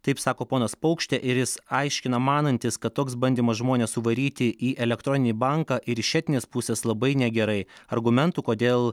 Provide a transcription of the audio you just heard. taip sako ponas paukštė ir jis aiškina manantis kad toks bandymas žmones suvaryti į elektroninį banką ir iš etinės pusės labai negerai argumentų kodėl